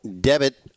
debit